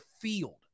field